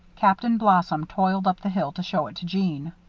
captain blossom toiled up the hill to show it to jeanne.